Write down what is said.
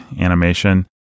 animation